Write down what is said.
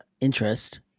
interest